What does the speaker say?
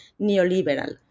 neoliberal